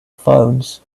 phones